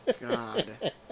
God